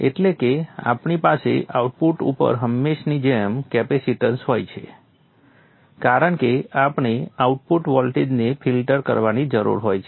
એટલે કે આપણી પાસે આઉટપુટ ઉપર હંમેશની જેમ કેપેસિટન્સ હોય છે કારણ કે આપણે આઉટપુટ વોલ્ટેજને ફિલ્ટર કરવાની જરૂર હોય છે